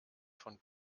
von